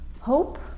Hope